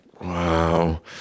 Wow